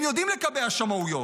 הם יודעים לקבע שמאויות.